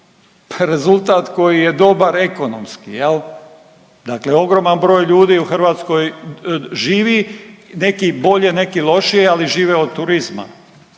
rezultat koji je dobar ekonomski jel, dakle ogroman broj ljudi u Hrvatskoj živi, neki bolje, neki lošije, ali žive od turizma,